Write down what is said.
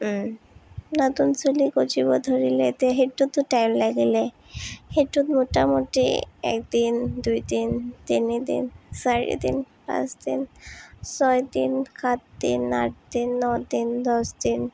নতুন চুলি গজিব ধৰিলে তে সেইটোতো টাইম লাগিলে সেইটোত মোটামুটি একদিন দুইদিন তিনিদিন চাৰিদিন পাঁচদিন ছয়দিন সাতদিন আঠদিন নদিন দছদিন